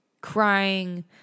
crying